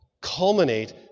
culminate